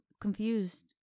confused